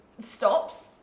stops